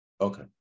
Okay